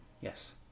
Yes